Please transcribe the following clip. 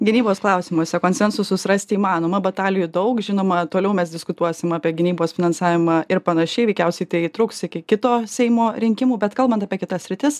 gynybos klausimuose konsensusus rasti įmanoma batalijų daug žinoma toliau mes diskutuosim apie gynybos finansavimą ir panašiai veikiausiai tai truks iki kito seimo rinkimų bet kalbant apie kitas sritis